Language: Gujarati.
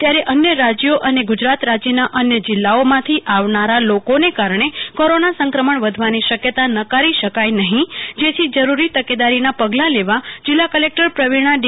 ત્યારે અન્ય રાજ્યો અને ગુજરાત રાજયના અન્ય જિલ્લાઓમાંથી આવનારા લોકોને કારણે કોરાના સંક્રમણ વધવાની શકયતા નકારી શકાય નહીં જેથી જરૂરી તકેદારીના પગલા લેવા જિલ્લા કલેક્ટર પ્રવીણા ડી